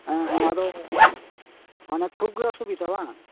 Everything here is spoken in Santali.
ᱦᱮᱸ ᱦᱮᱸ ᱟᱫᱚ ᱢᱟᱱᱮ ᱠᱷᱩᱵᱜᱮ ᱚᱥᱩᱵᱤᱫᱟ ᱵᱟᱝ